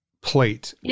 plate